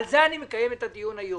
על זה אני מקיים את הדיון היום.